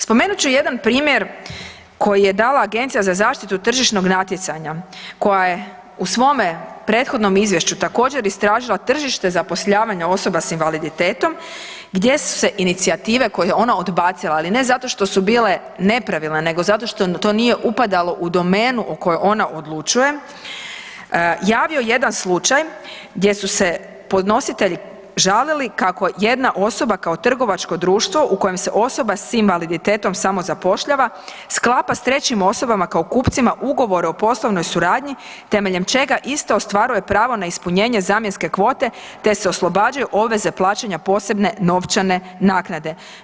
Spomenut ću jedan primjer koji je dala Agencija za zaštitu tržišnog natjecanja koja je u svome prethodnom izvješću također istražila tržište zapošljavanja osoba s invaliditetom gdje su se inicijative koje je ona odbacila, ali ne zato što su bile nepravilne, nego zato što to nije upadalo u domenu o kojoj ona odlučuje javio jedan slučaj gdje su se podnositelji žalili kako jedna osoba kao trgovačko društvo u kojem se osoba s invaliditetom samozapošljava sklapa s trećim osobama kao kupcima ugovor o poslovnoj suradnji temeljem čega ostvaruje pravo na ispunjenje zamjenske kvote te se oslobađaju obveze plaćanja posebne novčane naknade.